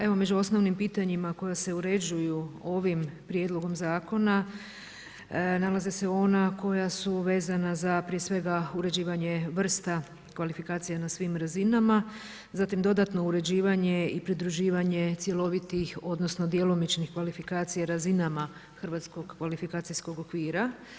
Evo među osnovnim pitanjima koja se uređuju ovim Prijedlogom zakona nalaze se ona koja su vezana za prije svega uređivanje vrsta kvalifikacija na svim razinama, zatim dodatno uređivanje i pridruživanje cjelovitih odnosno djelomičnih kvalifikacija razinama hrvatskog kvalifikacijskog okvira.